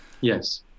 Yes